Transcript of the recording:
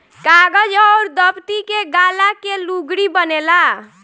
कागज अउर दफ़्ती के गाला के लुगरी बनेला